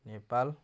Nepal